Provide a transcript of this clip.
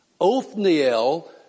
Othniel